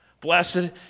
Blessed